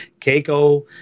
Keiko